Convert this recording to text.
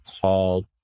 called